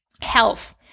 health